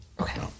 Okay